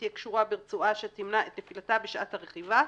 תהיה קשורה ברצועה שתמנע את נפילתה בשעת הרכיבה".